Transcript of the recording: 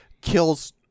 kills